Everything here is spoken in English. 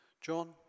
John